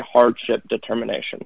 hardship determination